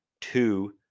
Two